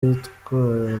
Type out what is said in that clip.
yitwara